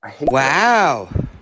Wow